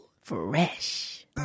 fresh